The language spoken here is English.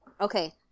okay